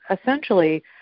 essentially